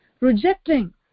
rejecting